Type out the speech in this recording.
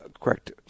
correct